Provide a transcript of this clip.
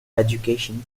education